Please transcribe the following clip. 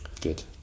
Good